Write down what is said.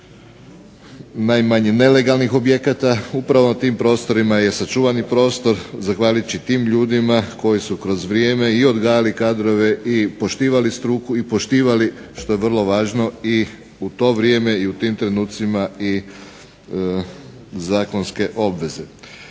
najmanje nelegalnih objekata, upravo na tim prostorima je sačuvani prostor zahvaljujući tim ljudi koji su kroz vrijeme i odgajali kadrove i poštivali struku i poštivali što je vrlo važno i u to vrijeme i u tim trenucima i zakonske obveze.